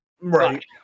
Right